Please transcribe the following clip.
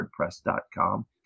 wordpress.com